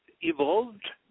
evolved